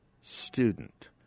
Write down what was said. student